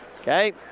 okay